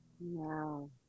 Wow